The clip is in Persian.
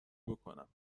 بکنم